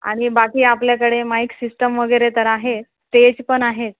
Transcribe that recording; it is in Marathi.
आणि बाकी आपल्याकडे माईक सिस्टम वगैरे तर आहे स्टेज पण आहे